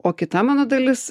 o kita mano dalis